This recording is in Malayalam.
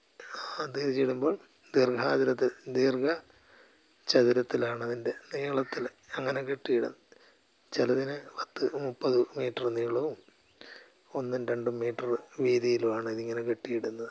അത് തിരിച്ചിടുമ്പോൾ ദീർഘാതുരത്തിൽ ദീർഘചതുരത്തിലാണതിൻ്റെ നീളത്തിൽ അങ്ങനെ കെട്ടിയിടും ചിലതിന് പത്ത് മുപ്പത് മീറ്റർ നീളവും ഒന്നും രണ്ടും മീറ്റർ വീതിയിലും ആണ് ഇതിങ്ങനെ കെട്ടിയിടുന്നത്